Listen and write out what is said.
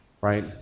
right